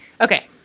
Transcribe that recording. okay